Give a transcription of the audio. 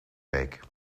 week